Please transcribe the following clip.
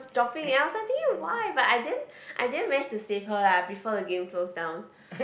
dropping eh I was thinking why but I didn't I didn't manage to save her lah before the game close down